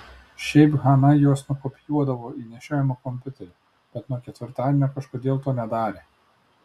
šiaip hana juos nukopijuodavo į nešiojamąjį kompiuterį bet nuo ketvirtadienio kažkodėl to nedarė